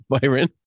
Byron